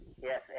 yes